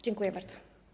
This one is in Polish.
Dziękuję bardzo.